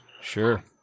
Sure